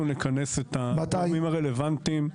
אנחנו נכנס את הגורמים הרלוונטיים.